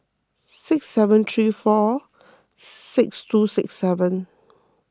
six seven three four six two six seven